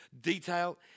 detail